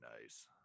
nice